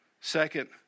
Second